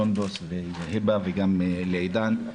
סונדוס והיבה, וגם לעידן.